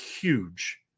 huge